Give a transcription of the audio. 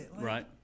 right